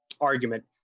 argument